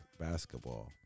basketball